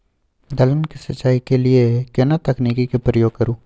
दलहन के सिंचाई के लिए केना तकनीक के प्रयोग करू?